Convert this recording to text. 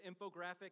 infographic